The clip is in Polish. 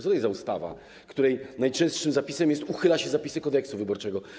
Co to jest za ustawa, której najczęstszym zapisem jest: uchyla się zapisy Kodeksu wyborczego?